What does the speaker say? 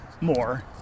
more